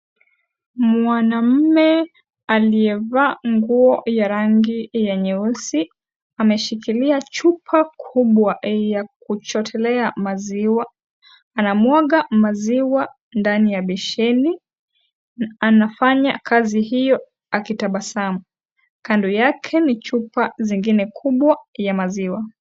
Mwanamme, aliyevaa nguo ya rangi ya nyeusi, ameshikilia chupa kubwa ya kuchotelea maziwa, anamwaga maziwa ndani ya besheni, na anafanya kazi hio, akitabasamu, kando yake ni chupa, zingine kubwa, ya maziwa.